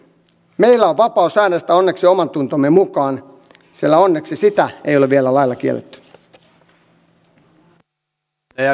meillä on vapaus äänestää onneksi omantuntomme mukaan sillä onneksi sitä ei ole vielä lailla kielletty